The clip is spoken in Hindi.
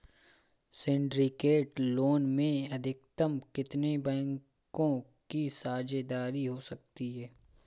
सिंडिकेट लोन में अधिकतम कितने बैंकों की साझेदारी हो सकती है?